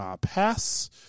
pass